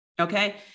Okay